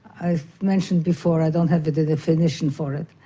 i've mentioned before i don't have a definition for it.